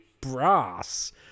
brass